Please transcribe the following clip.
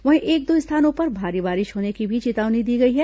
वहीं एक दो स्थानों पर भारी बारिश होने की चेतावनी दी गई है